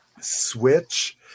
Switch